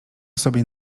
sobie